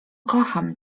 kocham